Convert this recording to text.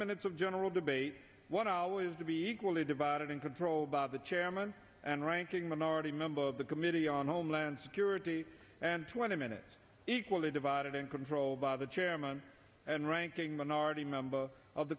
minutes of general debate one always to be equally divided in control of the chairman and ranking minority member of the committee on homeland security and twenty minutes equally divided in control by the chairman and ranking minority member of the